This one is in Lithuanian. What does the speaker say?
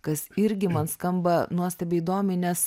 kas irgi man skamba nuostabiai įdomiai nes